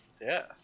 Yes